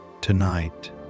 tonight